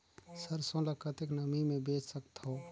सरसो ल कतेक नमी मे बेच सकथव?